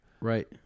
right